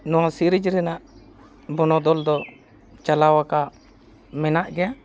ᱱᱚᱣᱟ ᱥᱤᱨᱤᱡᱽ ᱨᱮᱱᱟᱜ ᱵᱚᱱᱚᱫᱚᱞ ᱫᱚ ᱪᱟᱞᱟᱣ ᱟᱠᱟᱜ ᱢᱮᱱᱟᱜ ᱜᱮᱭᱟ